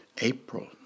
April